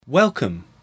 Welcome